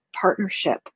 partnership